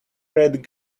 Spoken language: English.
red